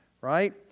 Right